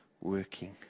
working